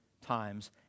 times